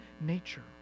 nature